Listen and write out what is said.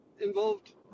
involved